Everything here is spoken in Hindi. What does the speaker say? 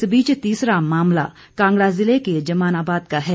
इस बीच तीसरा मामला कांगड़ा जिले के जमानाबाद का है